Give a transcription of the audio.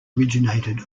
originated